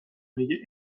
میگه